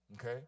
Okay